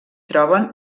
troben